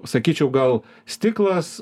sakyčiau gal stiklas